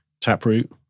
Taproot